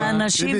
זה